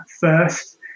first